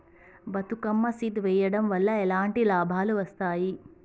Bathukamma seed వెయ్యడం వల్ల ఎలాంటి లాభాలు వస్తాయి?